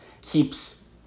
keeps